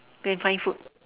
go and find food